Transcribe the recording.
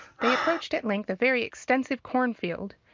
they approached at length a very extensive corn-field,